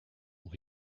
will